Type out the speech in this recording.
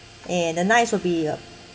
and the nights will be uh